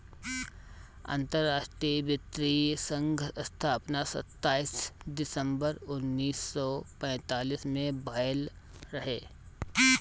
अंतरराष्ट्रीय वित्तीय संघ स्थापना सताईस दिसंबर उन्नीस सौ पैतालीस में भयल रहे